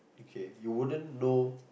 okay you wouldn't know